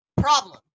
Problem